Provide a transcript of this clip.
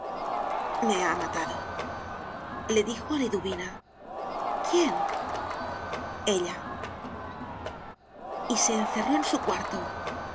me ha matado le dijo a liduvina quién ella y se encerró en su cuarto y